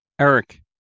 Eric